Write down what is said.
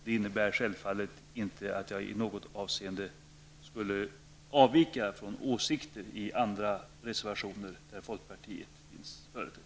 Det innebär självfallet inte att min uppfattning i något avseende skulle avvika från den uppfattning som kommer till uttryck i de reservationer som vi i folkpartiet har varit med om att underteckna.